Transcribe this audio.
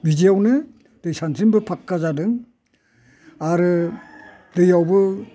बिदियावनो दै सानस्रिनोबो फाखखा जादों आरो दैआवबो